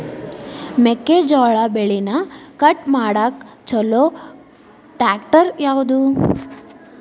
ಮೆಕ್ಕೆ ಜೋಳ ಬೆಳಿನ ಕಟ್ ಮಾಡಾಕ್ ಛಲೋ ಟ್ರ್ಯಾಕ್ಟರ್ ಯಾವ್ದು?